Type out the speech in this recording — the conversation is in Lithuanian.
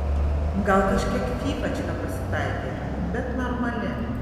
gal kažkiek fyfačka pasitaikė bet normali